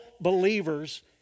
believers